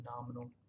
nominal